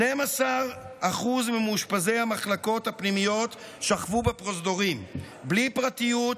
12% מהמאושפזים במחלקות הפנימיות שכבו בפרוזדורים בלי פרטיות,